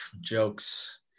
jokes